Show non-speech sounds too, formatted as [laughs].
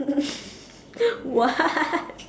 [laughs] what